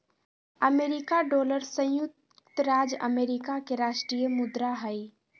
America dollar संयुक्त राज्य America के राष्ट्रीय मुद्रा हइ